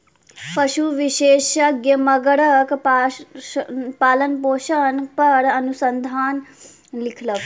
पशु विशेषज्ञ मगरक पालनपोषण पर अनुसंधान लिखलक